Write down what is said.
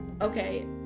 Okay